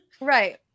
Right